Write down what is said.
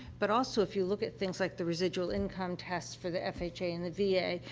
but also, if you look at things like the residual income test for the fha and the va, yeah